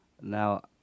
Now